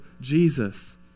Jesus